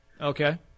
okay